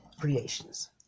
Creations